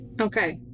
Okay